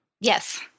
Yes